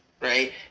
right